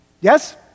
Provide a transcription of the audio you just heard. Yes